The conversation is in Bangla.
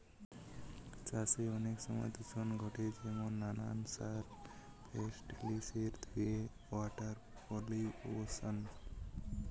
চাষে অনেক সময় দূষণ ঘটে যেমন নানান সার, ফার্টিলিসের ধুয়ে ওয়াটার পলিউশন